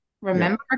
remember